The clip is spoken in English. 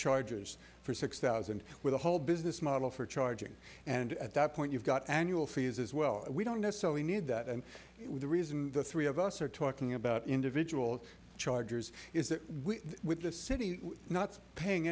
chargers for six thousand with a whole business model for charging and at that point you've got annual fees as well we don't necessarily need that and the reason the three of us are talking about individual chargers is that with the city not paying